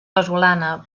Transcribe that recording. casolana